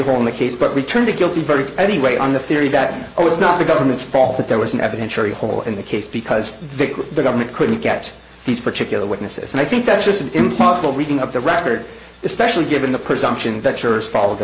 hole in the case but returned to guilty verdict anyway on the theory that oh it's not the government's fault that there was an evidentiary hole in the case because the government couldn't get these particular witnesses and i think that's just an impossible reading of the record especially given the presumption